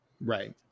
right